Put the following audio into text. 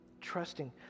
Trusting